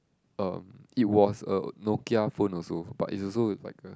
um it was a Nokia phone also but it's also like a